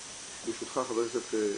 ברשותך, חבר הכנסת זחאלקה,